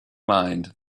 mind